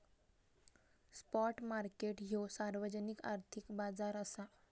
spot market ह्यो सार्वजनिक आर्थिक बाजार असा